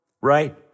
right